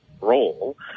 role